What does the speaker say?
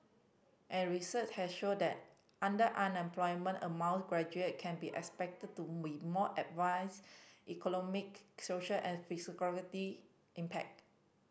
and research has shown that underemployment among graduate can be expected to we more adverse economic social and physicality impact